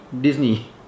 Disney